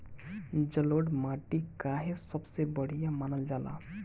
जलोड़ माटी काहे सबसे बढ़िया मानल जाला?